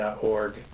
org